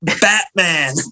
Batman